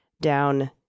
down